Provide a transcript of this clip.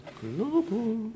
Global